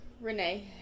renee